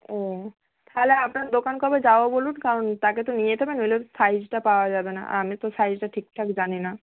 ও তাহলে আপনার দোকান কবে যাবো বলুন কারণ তাকে তো নিয়ে যেতে হবে নইলে তো সাইজটা পাওয়া যাবে না আর আমি তো সাইজটা ঠিক ঠাক জানি না